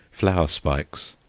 flower spikes.